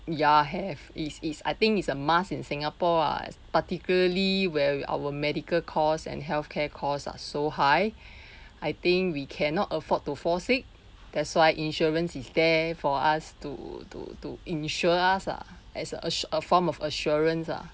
ya have is is I think is a must in singapore ah particularly where we our medical costs and healthcare costs are so high I think we cannot afford to fall sick that's why insurance is there for us to to to insure us ah as a a form of assurance lah